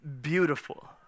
beautiful